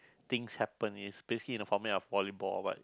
things happen it's basically in a format of volleyball but